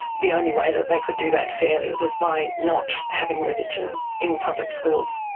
the only way that they could do that fairly was by not having religion in public schools.